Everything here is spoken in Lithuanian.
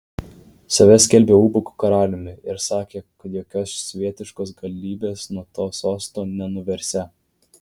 save skelbė ubagų karaliumi ir sakė kad jokios svietiškos galybės nuo to sosto nenuversią